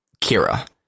Kira